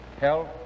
health